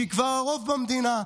שהיא כבר הרוב במדינה,